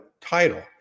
title